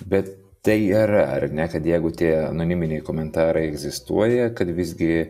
bet tai yra ar ne kad jeigu tie anoniminiai komentarai egzistuoja kad visgi